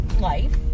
life